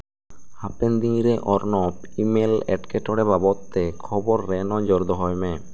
ᱦᱟᱯᱮᱱ ᱫᱤᱱᱨᱮ ᱚᱨᱱᱚᱵ ᱤᱢᱮᱞ ᱮᱸᱴᱠᱮᱴᱚᱬᱮ ᱵᱟᱵᱚᱛ ᱛᱮ ᱠᱷᱚᱵᱚᱨ ᱨᱮ ᱱᱚᱡᱚᱨ ᱫᱚᱦᱚᱭ ᱢᱮ